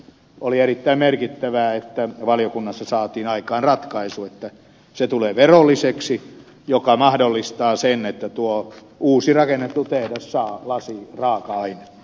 oli erittäin merkittävää että valiokunnassa saatiin aikaan ratkaisu että se tulee verolliseksi mikä mahdollistaa sen että tuo uusi rakennettu tehdas saa lasiraaka ainetta